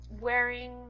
wearing